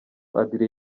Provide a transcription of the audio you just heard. adrien